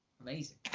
Amazing